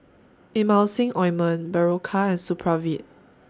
Emulsying Ointment Berocca and Supravit